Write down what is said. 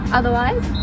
otherwise